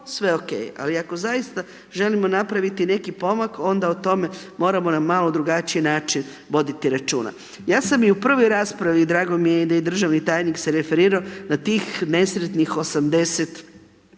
sve ok ali ako zaista želimo napraviti neki pomak onda o tome moramo na malo drugačiji način voditi računa. Ja sam i u prvoj raspravi i drago mi je da je i državni tajnik se referirao na tih nesretnih 80